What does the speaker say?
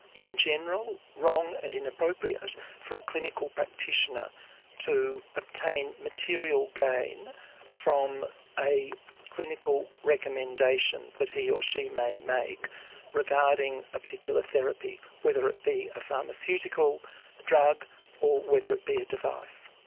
in general, wrong and inappropriate for a clinical practitioner to obtain material gain from a clinical recommendation that he or she may make regarding a particular therapy, whether it be a pharmaceutical drug or whether it be a device.